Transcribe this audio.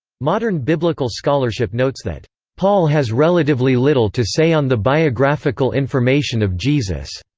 modern biblical scholarship notes that paul has relatively little to say on the biographical information of jesus,